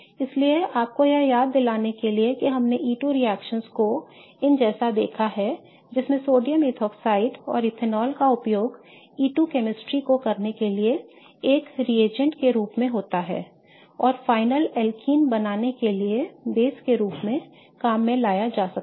इसलिए आपको यह याद दिलाने के लिए कि हमने E2 रिएक्शनओं को इन जैसे देखा है जिसमें सोडियम एथोक्साइड और इथेनॉल का उपयोग E2 रसायन को करने के लिए एक अभिकर्मक के रूप में होता है और फाइनल एल्कीन बनाने के लिए बेस के रूप में काम में लाया जा सकता है